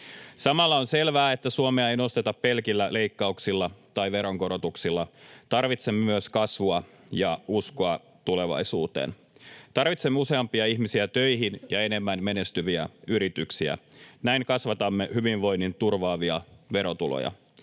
Samalla on selvää, että Suomea ei nosteta pelkillä leikkauksilla tai veronkorotuksilla. Tarvitsemme myös kasvua ja uskoa tulevaisuuteen. Tarvitsemme useampia ihmisiä töihin ja enemmän menestyviä yrityksiä. Näin kasvatamme hyvinvoinnin turvaavia verotuloja.